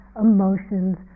emotions